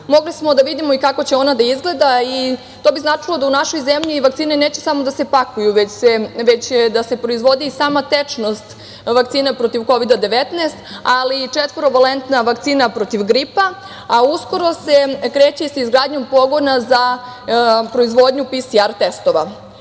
Mogli smo da vidimo i kako će ona da izgleda i to bi značilo da u našoj zemlji vakcine neće samo da se pakuju, već će da se proizvodi i sama tečnost vakcina protiv Kovida-19, ali i četvorovalentna vakcina protiv gripa, a uskoro se kreće sa izgradnjom pogona za proizvodnju PCR testova. Srbija